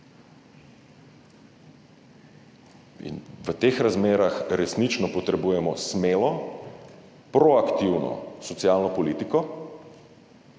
v teh razmerah resnično potrebujemo smelo, proaktivno socialno politiko,